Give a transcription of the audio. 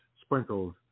sprinkled